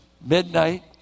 midnight